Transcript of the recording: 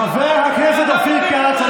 חבר הכנסת אופיר כץ.